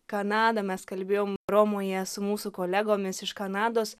kanada mes kalbėjom romoje su mūsų kolegomis iš kanados